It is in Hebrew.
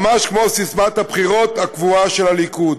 ממש כמו ססמת הבחירות הקבועה של הליכוד.